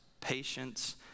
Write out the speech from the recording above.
patience